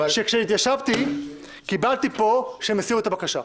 כשהתיישבתי קיבלתי פה הודעה שהם הסירו את הבקשה.